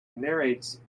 narrates